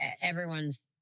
everyone's